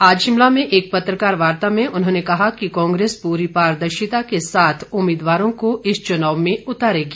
आज शिमला में एक पत्रकार वार्ता में उन्होंने कहा कि कांग्रेस पूरी पारदर्शिता के साथ उम्मीदवारों को इस चुनाव में उतारेगी